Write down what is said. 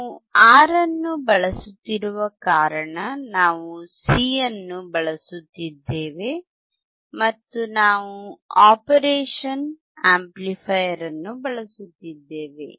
ನಾವು R ಅನ್ನು ಬಳಸುತ್ತಿರುವ ಕಾರಣ ನಾವು C ಅನ್ನು ಬಳಸುತ್ತಿದ್ದೇವೆ ಮತ್ತು ನಾವು ಆಪರೇಷನ್ ಆಂಪ್ಲಿಫೈಯರ್ ಅನ್ನು ಬಳಸುತ್ತಿದ್ದೇವೆ